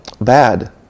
bad